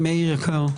מאר יקר,